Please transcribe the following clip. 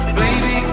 baby